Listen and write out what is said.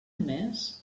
emés